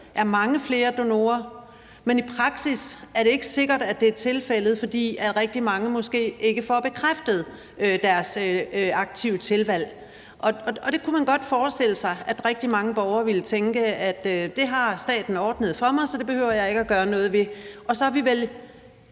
er mange flere donorer, men i praksis er det ikke sikkert, at det er tilfældet, fordi rigtig mange måske ikke får bekræftet deres aktive tilvalg. Og man kunne godt forestille sig, at rigtig mange borgere ville tænke, at det har staten ordnet for mig, så det behøver jeg ikke at gøre noget ved. Og så er vi vel